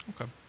Okay